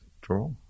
draw